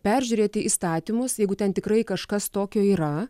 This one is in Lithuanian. peržiūrėti įstatymus jeigu ten tikrai kažkas tokio yra